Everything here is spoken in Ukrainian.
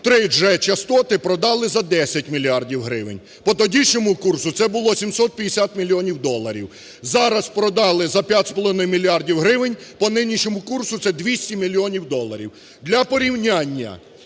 3G частоти продали за 10 мільярдів гривень, по тодішньому курсу це було 750 мільйонів доларів, зараз продали за 5,5 мільярдів гривень, по нинішньому курсу це 200 мільйонів доларів. Для порівняння,